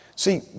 See